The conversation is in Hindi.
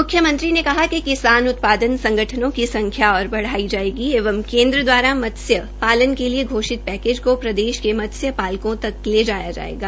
मुख्यमंत्री ने कहा कि किसान उत्पादन संगठनों की संख्या और बढाई जायेगी एवं केन्द्र द्वारा मतस्य पालन के लिए घोषित पैकेज को प्रदेश के मतस्य पालकों तक ले जाया जायेगा